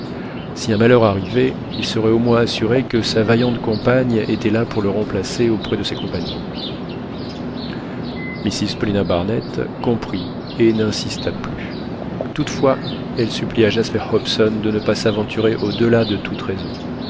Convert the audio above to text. si un malheur arrivait il serait au moins assuré que sa vaillante compagne était là pour le remplacer auprès de ses compagnons mrs paulina barnett comprit et n'insista plus toutefois elle supplia jasper hobson de ne pas s'aventurer au-delà de toute raison